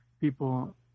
people